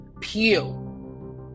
Pew